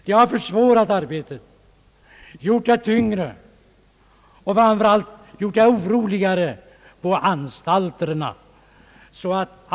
Det har försvårat arbetet, gjort det tyngre och framför allt gjort det oroligare på anstalterna.